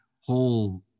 whole